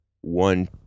one